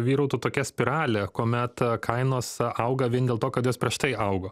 vyrautų tokia spiralė kuomet kainos auga vien dėlto kad jos prieš tai augo